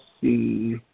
see